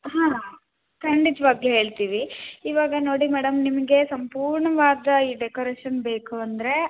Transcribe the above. ಹಾಂ ಖಂಡಿತ್ವಾಗ್ಲು ಹೇಳ್ತಿವಿ ಇವಾಗ ನೋಡಿ ಮೇಡಮ್ ನಿಮಗೆ ಸಂಪೂರ್ಣವಾದ ಈ ಡೆಕೊರೇಷನ್ ಬೇಕು ಅಂದರೆ